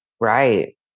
Right